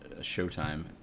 Showtime